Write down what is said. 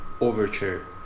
Overture